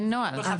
אין נוהל.